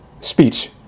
speech